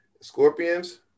Scorpions